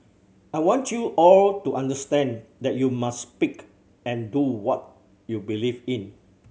I want you all to understand that you must speak and do what you believe in